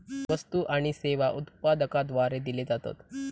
वस्तु आणि सेवा उत्पादकाद्वारे दिले जातत